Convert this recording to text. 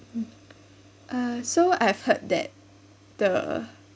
mm uh so I've heard that the